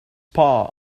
paw